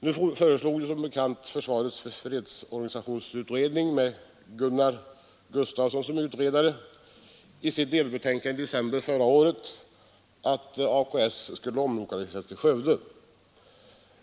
Nu föreslog som bekant försvarets fredsorganisationsutredning, med Gunnar Gustafsson som utredare, i sitt delbetänkande i december förra året att AKS skulle omlokaliseras till Skövde.